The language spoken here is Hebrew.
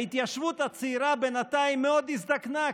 ההתיישבות הצעירה בינתיים מאוד הזדקנה,